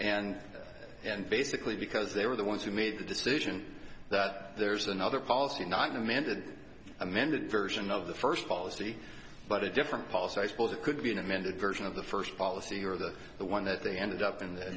and and basically because they were the ones who made the decision that there's another policy not demanded amended version of the first policy but a different policy i suppose it could be an amended version of the first policy or the the one that they ended up in the